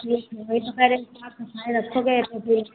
ठीक है वही तो कह रहें साफ सफाई रखोगे तो फिर